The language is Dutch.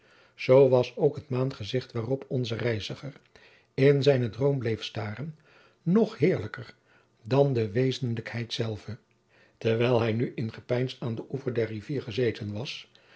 zoo was ook het maangezicht waarop onze reiziger in zijnen droom bleef staren nog heerlijker dan de wezenlijkheid zelve terwijl hij nu in gepeins aan den oever der rivier gezeten was